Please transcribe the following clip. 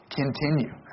continue